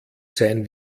sein